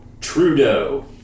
Trudeau